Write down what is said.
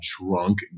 drunk